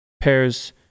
pairs